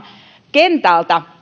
kentältä